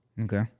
Okay